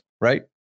right